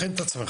להכין את עצמך,